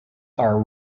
are